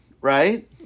right